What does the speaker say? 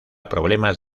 problemas